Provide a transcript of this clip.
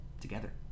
together